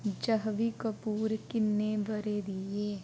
जहवी कपूर किन्ने ब'रें दी ऐ